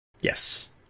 Yes